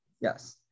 Yes